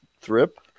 thrip